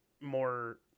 more